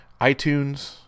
iTunes